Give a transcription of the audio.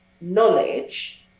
knowledge